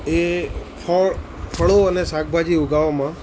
એ ફળ ફળો અને શાકભાજી ઉગાડવામાં